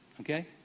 Okay